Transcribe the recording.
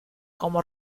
como